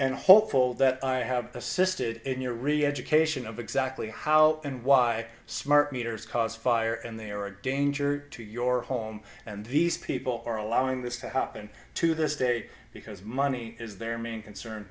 and hopeful that i have assisted in your reeducation of exactly how and why smart meters cause fire and they are a danger to your home and these people are allowing this to happen to this state because money is their main concern